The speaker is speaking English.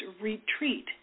retreat